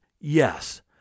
Yes